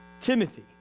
Timothy